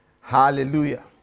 hallelujah